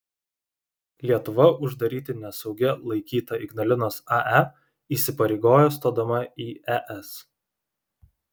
lietuva uždaryti nesaugia laikytą ignalinos ae įsipareigojo stodama į es